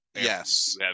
Yes